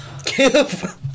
Give